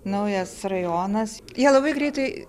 naujas rajonas jie labai greitai